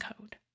code